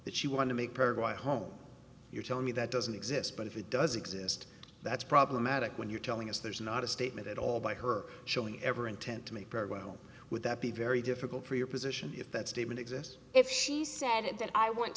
that she want to make provide home you're telling me that doesn't exist but if it does exist that's problematic when you're telling us there's not a statement at all by her showing ever intent to make very well would that be very difficult for your position if that statement exists if she said that i want